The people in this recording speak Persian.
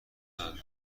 ندادم